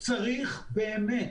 שצריך באמת,